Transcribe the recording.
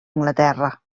anglaterra